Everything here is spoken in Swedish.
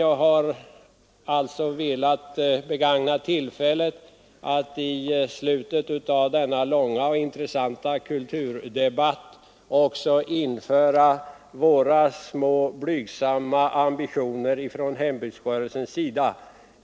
Jag har alltså velat begagna tillfället att i slutet av denna långa och intressanta kulturdebatt också införa våra små, blygsamma ambitioner från hembygdsrörelsen.